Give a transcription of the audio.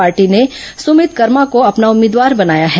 party ने सुमित कर्मा को अपना उम्मीदवार बनाया है